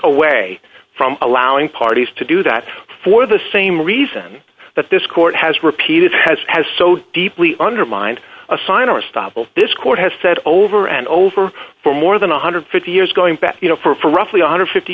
away from allowing parties to do that for the same reason that this court has repeated has has so deeply undermined assigner stoppel this court has said over and over for more than one hundred and fifty years going back you know for roughly one hundred and fifty